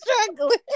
struggling